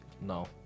No